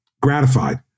gratified